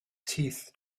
teeth